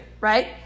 right